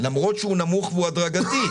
למרות שהוא נמוך והדרגתי.